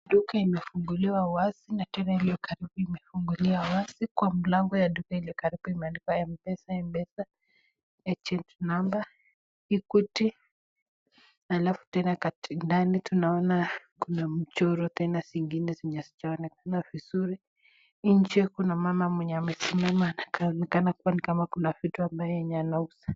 Duka imefunguliwa wazi na tena iliyo karibu imefunguliwa wazi, kwa mlango ya duka iliyo karibu imeandikwa mpesa agent nmber Equity, halafu tena ndani tunaona kuna mchoro tena zingine zenye hazijaonekana vizuri, nje kuna mama mwenye amesimama anakaa ni kama kuwa kuna vitu yenye anauza.